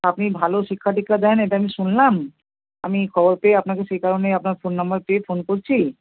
আপনি ভালো শিক্ষাদীক্ষা দেন এটা আমি শুনলাম আমি খবর পেয়ে আপনাকে সেই কারণে আপনার ফোন নাম্বার পেয়ে ফোন করছি